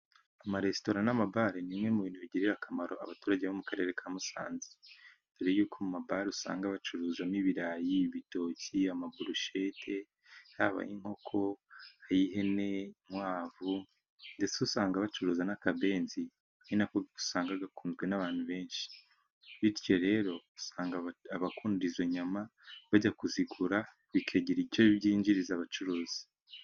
Amaresitora n'amabare ni bimwe mu bintu bigirira akamaro abaturage bo mu Karere ka Musanze. Dore y'uko amabara usanga bacuruzamo ibirayi, ibitoki, amaburushete, haba ay'inkoko, ay'ihene inkwavu ndetse usanga bacuruza n'akabenzi. Ari nako usanga gakunzwe n'abantu benshi, bityo rero usanga abakunda izo nyama bajya kuzigura bikagira icyo byinjiriza abacuruzi.